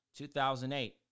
2008